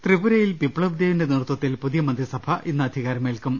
ത്രിപുരയിൽ ബിപ്ലബ് ദേബിന്റെ നേതൃത്വത്തിൽ പുതിയ മന്ത്രി സഭ ഇന്ന് അധികാരമേൽക്കും